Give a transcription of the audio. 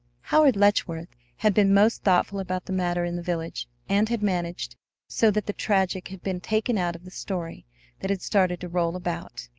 howard letchworth had been most thoughtful about the matter in the village, and had managed so that the tragic had been taken out of the story that had started to roll about,